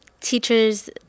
teachers